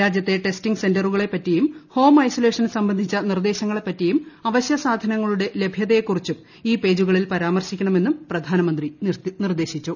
രാജ്യത്തെ ടെസ്റ്റിംഗ് സെന്ററുകളെപ്പറ്റിയും home isolation സംബന്ധിച്ച നിർദ്ദേശങ്ങളെപ്പറ്റിയും അവശ്യ സാധനങ്ങളുടെ ലഭ്യതയെക്കുറിച്ചും ഈ പേജുകളിൽ പരാമർശിക്കണമെന്നും പ്രധാനമന്ത്രി നിർദ്ദേശിച്ചു